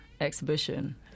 exhibition